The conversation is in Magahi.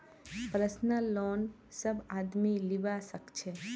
पर्सनल लोन सब आदमी लीबा सखछे